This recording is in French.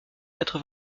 quatre